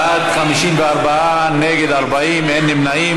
בעד, 54, נגד, 40, אין נמנעים.